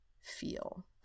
feel